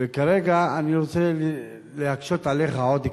וכרגע אני רוצה להקשות עליך עוד קצת,